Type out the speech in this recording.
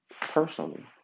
personally